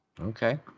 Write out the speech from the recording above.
Okay